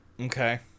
Okay